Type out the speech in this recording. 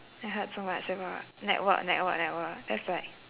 I heard so much about network network network that's like